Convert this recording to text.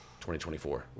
2024